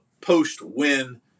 post-win